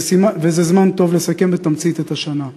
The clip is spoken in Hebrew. וזה זמן טוב לסכם בתמצית את השנה.